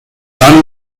dann